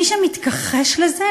"מי שמתכחש לזה,